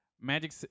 Magic